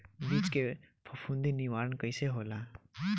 बीज के फफूंदी निवारण कईसे होला?